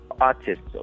artists